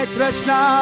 Krishna